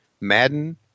Madden